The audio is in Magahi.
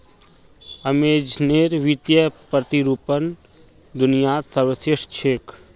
अमेज़नेर वित्तीय प्रतिरूपण दुनियात सर्वश्रेष्ठ छेक